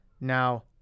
Now